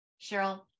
Cheryl